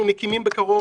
אנחנו מקימים בקרוב